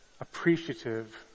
appreciative